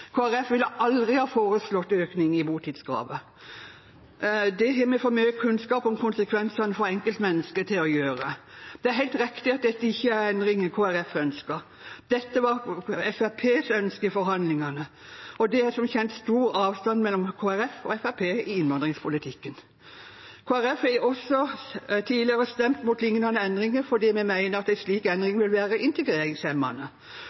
ville aldri foreslått økning i botidskravet. Det har vi for mye kunnskap om konsekvensene for enkeltmennesket til å gjøre. Det er helt riktig at dette ikke er endringer Kristelig Folkeparti ønsket. Dette var Fremskrittspartiets ønske i forhandlingene, og det er som kjent stor avstand mellom Kristelig Folkeparti og Fremskrittspartiet i innvandringspolitikken. Kristelig Folkeparti har også tidligere stemt mot lignende endringer fordi vi mener at en slik